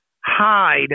hide